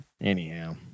Anyhow